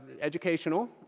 educational